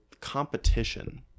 competition